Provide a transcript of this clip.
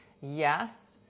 Yes